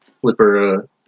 Flipper